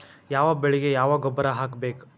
ಯಾವ ಬೆಳಿಗೆ ಯಾವ ಗೊಬ್ಬರ ಹಾಕ್ಬೇಕ್?